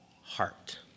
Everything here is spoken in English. heart